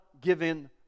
given